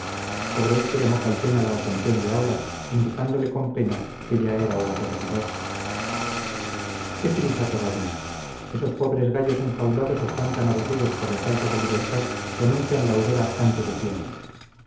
sobre esto llamó calpena la atención de aura indicándole con pena que ya era hora de retirarse qué prisa todavía esos pobres gallos enjaulados están tan aburridos por la falta de libertad que anuncian la aurora antes de tiempo